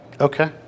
okay